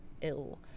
ill